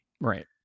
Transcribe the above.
right